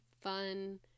fun